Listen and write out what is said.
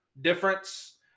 difference